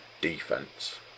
defense